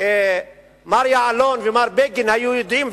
שאם מר יעלון ומר בגין היו יודעים,